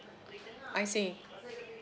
I see